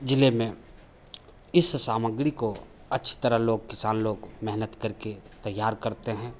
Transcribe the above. ज़िले में इन सामग्री को अच्छी तरह लोग किसान लोग मेहनत करके तैयार करते हैं